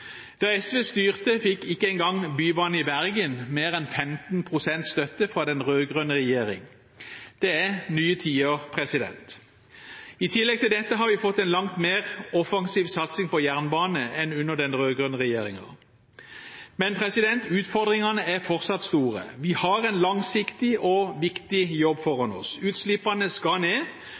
Da SV styrte, fikk ikke engang bybanen i Bergen mer enn 15 pst. støtte fra den rød-grønne regjeringen. Det er nye tider. I tillegg til dette har vi fått en langt mer offensiv satsing på jernbane enn under den rød-grønne regjeringen. Men utfordringene er fortsatt store. Vi har en langsiktig og viktig jobb foran oss. Utslippene skal ned,